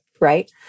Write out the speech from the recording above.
right